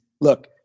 look